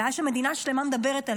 בעיה שמדינה שלמה מדברת עליה.